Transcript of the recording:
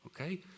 Okay